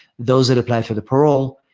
those that apply for the parole,